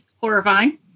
Horrifying